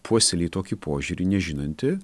puoselėji tokį požiūrį nežinantį